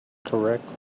correctly